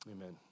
Amen